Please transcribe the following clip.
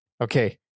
Okay